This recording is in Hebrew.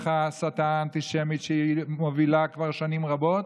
ההסתה האנטישמית שהיא מובילה כבר שנים רבות,